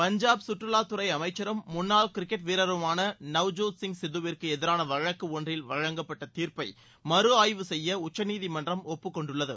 பஞ்சாப் கற்றுலாத்துறை அமைச்சரும் முன்னாள் கிரிக்கெட் வீரருமான நவ்ஜோத் சிங் சித்துவிற்கு எதிரான வழக்கு ஒன்றில் வழங்கப்பட்ட தீர்ப்பை மறுஆய்வு செய்ய உச்சநீதிமன்றம் ஒப்புக்கொண்டுள்ளது